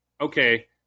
okay